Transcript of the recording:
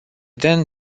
then